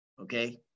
okay